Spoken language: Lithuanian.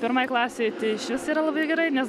pirmai klasei tai išvis yra labai gerai nes